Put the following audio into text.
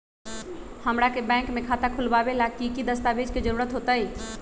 हमरा के बैंक में खाता खोलबाबे ला की की दस्तावेज के जरूरत होतई?